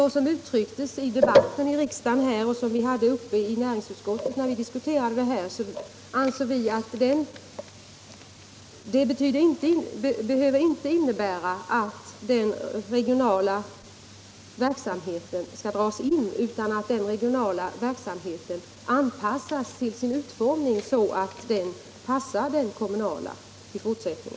Men som det uttrycktes i debatten här i riksdagen och vid diskussionerna i näringsutskottet ansågs att det inte behöver innebära att den regionala verksamheten skall dras in, utan att denna verksamhet i fortsättningen bör utformas så att den passar den kommunala verksamheten.